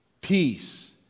peace